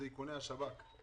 היא איכוני השב"כ.